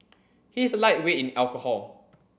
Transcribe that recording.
he is a lightweight in alcohol